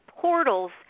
portals